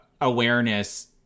awareness